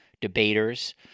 debaters